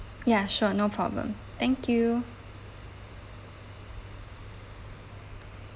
ya sure no problem thank you